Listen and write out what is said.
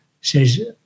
says